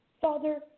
Father